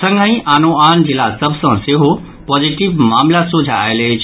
संगहि आनो आन जिला सभ सँ सेहो पॉजिटिव मामिला सोझा आयल अछि